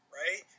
right